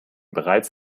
bereits